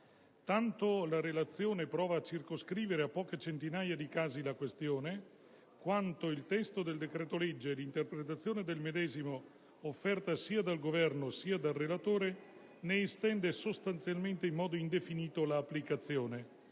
tanto la relazione prova a circoscrivere a poche centinaia di casi la questione quanto il testo del decreto‑legge e l'interpretazione del medesimo, offerta sia dal Governo sia dal relatore, ne estende sostanzialmente in modo indefinito l'applicazione